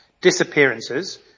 disappearances